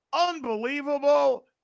unbelievable